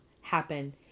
happen